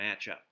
matchup